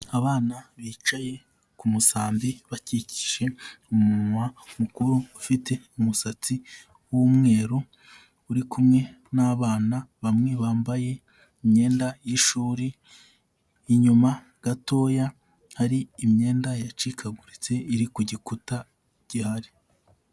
Abana bicaye ku musambi bakikije umunwa mukuru ufite umusatsi w'umweru, uri kumwe n'abana bamwe bambaye imyenda y'ishuri, inyuma gatoya hari imyenda yacikaguritse iri ku gikuta gihari.